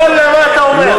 ואללה, מה אתה אומר.